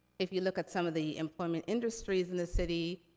if you look at some of the employment industries in the city,